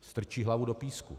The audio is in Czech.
Strčí hlavu do písku.